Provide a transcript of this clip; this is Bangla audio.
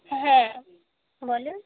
হ্যাঁ বলুন